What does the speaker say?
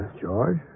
George